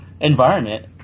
environment